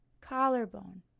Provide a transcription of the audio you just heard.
Collarbone